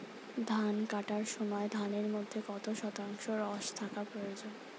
ধান কাটার সময় ধানের মধ্যে কত শতাংশ রস থাকা প্রয়োজন?